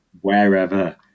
wherever